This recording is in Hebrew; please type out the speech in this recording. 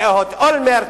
זה אהוד אולמרט,